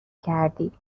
کردی